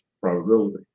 probability